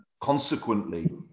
consequently